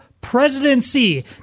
presidency